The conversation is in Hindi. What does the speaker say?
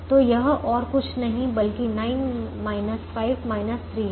तो यह और कुछ नहीं बल्कि 9 5 3 है